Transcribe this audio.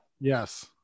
yes